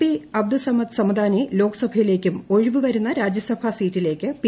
P Abdussamad Samadani ലോക്സഭയിലേക്കും ഒഴിവുവരുന്ന രാജ്യസഭ സീറ്റിലേക്ക് പി